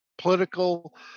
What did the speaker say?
political